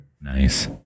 Nice